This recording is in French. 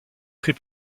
très